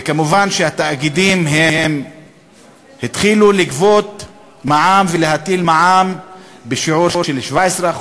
מובן שהתאגידים התחילו לגבות מע"מ ולהטיל מע"מ בשיעור של 17%,